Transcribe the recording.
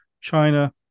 China